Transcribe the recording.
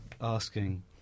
asking